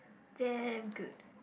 damn good